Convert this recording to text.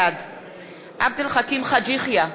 בעד עבד אל חכים חאג' יחיא,